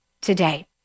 today